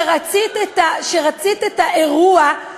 כשרצית את האירוע,